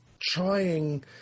trying